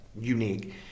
unique